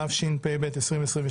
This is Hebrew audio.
התשפ"ב-2022